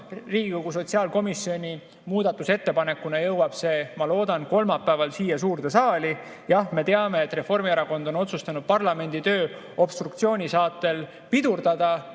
Riigikogu sotsiaalkomisjoni muudatusettepanekuna jõuab see, ma loodan, kolmapäeval siia suurde saali. Jah, me teame, et Reformierakond on otsustanud parlamendi tööd obstruktsiooni saatel pidurdada,